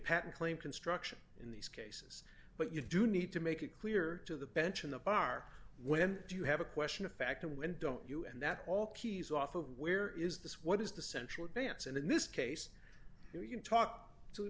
patent claim construction in these cases but you do need to make it clear to the bench in the bar when you have a question of fact and don't you and that all keys off of where is this what is the central advance and in this case you can talk to